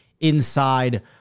inside